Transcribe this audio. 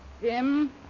Jim